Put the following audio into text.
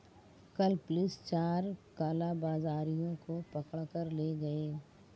कल पुलिस चार कालाबाजारियों को पकड़ कर ले गए